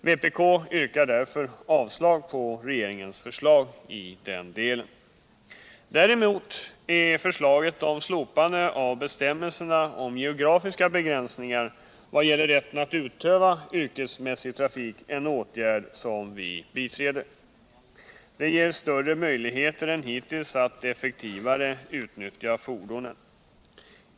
Vpk yrkar därför avslag på regeringens förslag i den delen. Däremot är förslaget om slopande av bestämmelserna om geografiska begränsningar vad gäller rätten att utöva yrkesmässig trafik en åtgärd som vårt parti biträder. Den ger större möjligheter än hittills att effektivare utnyttja fordonen.